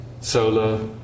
solar